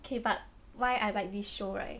okay but why I like this show right